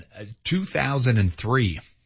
2003